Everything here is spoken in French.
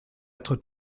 être